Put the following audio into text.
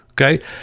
Okay